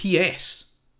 PS